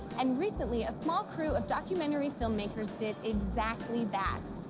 and recently, a small crew of documentary filmmakers did exactly that.